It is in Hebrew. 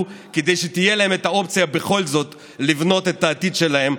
כדי שתהיה להם האופציה בכל זאת לבנות את העתיד שלהם,